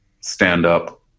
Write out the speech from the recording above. stand-up